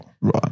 Right